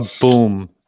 Boom